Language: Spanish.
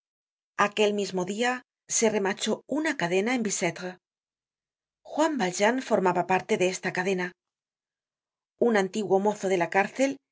aquel mismo dia se remachó una cadena en bicétre juan valjean formaba parte de esta cadena un antiguo mozo de la cárcel